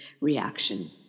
reaction